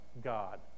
God